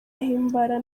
himbara